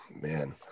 man